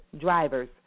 drivers